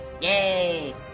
Yay